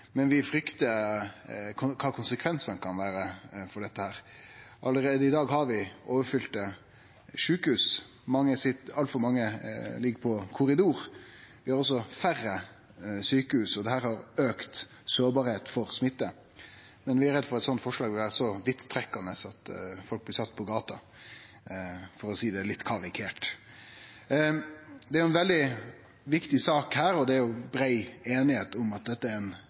men vi fryktar kva konsekvensane av det kan vere. Vi har allereie i dag overfylte sjukehus, altfor mange ligg på korridor, det er også færre sjukehus, og dette aukar risikoen for smitte. Vi er redde for at eit slikt forslag er så vidtrekkjande at folk blir sette på gata, for å seie det litt karikert. Dette er ei veldig viktig sak, og det er brei einigheit om at vi no er inne i ei negativ utvikling globalt som få kjenner omfanget av og veit korleis ein